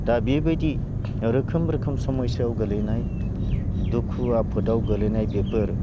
दा बिबायदि रोखोम रोखोम समयसायाव गोग्लैनाय दुखु आफोदाव गोग्लैनाय बेफोर